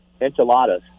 enchiladas